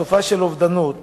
תופעה של אובדנות,